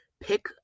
Pick